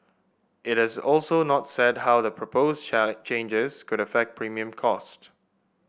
it has also not said how the proposed changes could affect premium costs